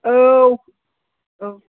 औ औ